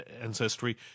ancestry